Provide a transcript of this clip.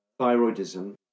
thyroidism